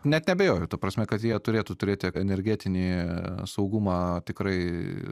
net neabejoju ta prasme kad jie turėtų turėti energetinį saugumą tikrai